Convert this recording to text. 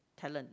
talent